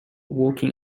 walking